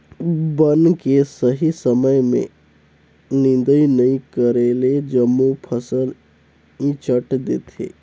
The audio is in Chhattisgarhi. बन के सही समय में निदंई नई करेले जम्मो फसल ईचंट देथे